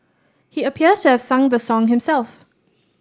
he appears to have sung the song himself